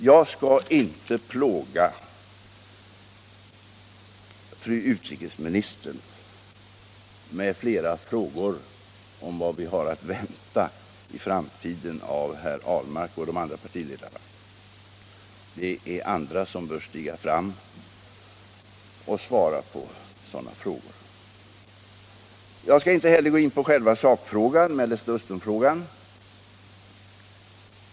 Jag skall inte plåga fru utrikesministern med flera frågor om vad vi har att vänta i framtiden av herr Ahlmark och de övriga partiledarna. Det är andra som bör stiga fram och svara på de frågorna. Jag skall inte heller gå in på själva sakfrågan, Mellersta Östern-frågan.